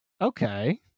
Okay